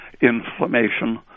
inflammation